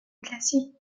classique